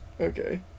Okay